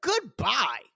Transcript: Goodbye